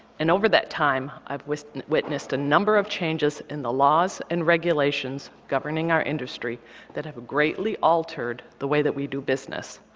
and over that time, i have witnessed and witnessed a number of changes in the laws and regulations governing our industry that have greatly altered the way that we do business.